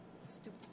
Stupid